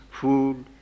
food